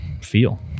feel